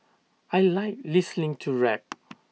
I Like listening to rap